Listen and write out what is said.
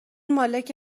مالک